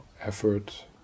effort